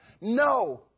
No